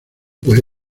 puede